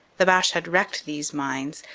the boche had wrecked these mines,